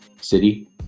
City